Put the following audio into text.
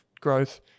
growth